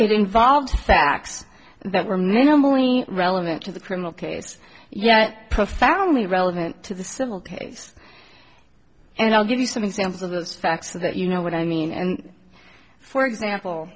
it involves facts that were no money relevant to the criminal case yet profoundly relevant to the civil case and i'll give you some examples of those facts that you know what i mean and for example